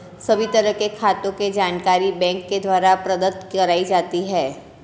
सभी तरह के खातों के जानकारी बैंक के द्वारा प्रदत्त कराई जाती है